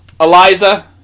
Eliza